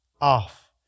off